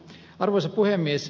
arvoisa puhemies